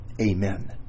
Amen